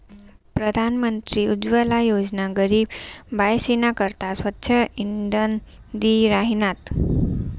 प्रधानमंत्री उज्वला योजना गरीब बायीसना करता स्वच्छ इंधन दि राहिनात